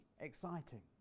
exciting